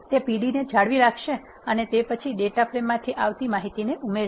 તે pd ને જાળવી રાખશે અને તે પછી ડેટા ફ્રેમ માંથી આવતી માહિતી ને ઉમેરશે